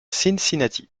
cincinnati